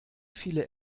viele